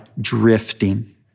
drifting